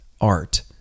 art